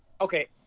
okay